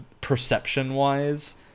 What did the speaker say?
perception-wise